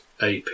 AP